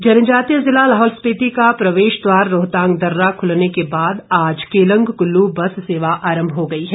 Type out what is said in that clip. रोहतांग जनजातीय जिला लाहौल स्पीति का प्रवेश द्वार रोहतांग दर्रा खुलने के बाद आज केलंग कुल्लू बस सेवा आरंभ हो गई है